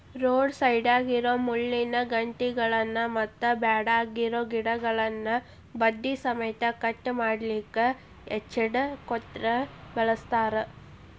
road ಸೈಡ್ನ್ಯಾಗಿರೋ ಮುಳ್ಳಿನ ಕಂಟಿಗಳನ್ನ ಮತ್ತ್ ಬ್ಯಾಡಗಿರೋ ಗಿಡಗಳನ್ನ ಬಡ್ಡಿ ಸಮೇತ ಕಟ್ ಮಾಡ್ಲಿಕ್ಕೆ ಹೆಡ್ಜ್ ಕಟರ್ ಬಳಸ್ತಾರ